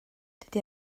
dydy